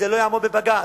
זה לא יעמוד בבג"ץ.